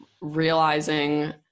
realizing